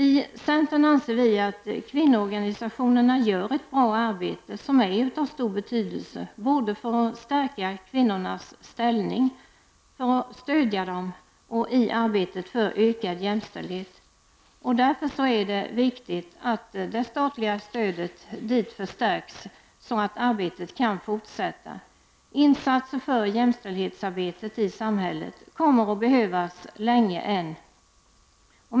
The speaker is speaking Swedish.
I centern anser vi att kvinnoorganisationerna gör ett bra arbete som är av stor betydelse både för att stärka kvinnornas ställning, alltså för att stödja denna, och i arbetet för ökad jämställdhet. Därför är det viktigt att det statliga stödet förstärks så att arbetet kan fortsätta. Insatser för jämställdhetsarbetet i samhället kommer att behövas länge än.